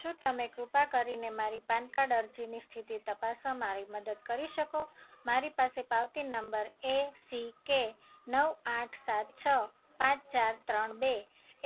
શું તમે કૃપા કરીને મારી પાન કાર્ડ અરજીની સ્થિતિ તપાસવા મારી મદદ કરી શકો મારી પાસે પાવતી નંબર એ સી કે નવ આઠ સાત છ પાંચ ચાર ત્રણ બે